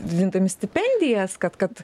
didindami stipendijas kad kad